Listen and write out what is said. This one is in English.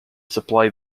supply